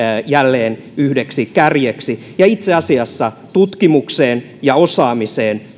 jälleen yhdeksi kärjeksi ja itse asiassa tutkimukseen ja osaamiseen